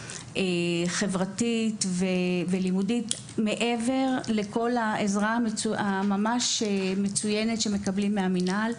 חברתית ולימודית מעבר לכל העזרה המצוינת שמקבלים מהמינהל.